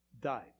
died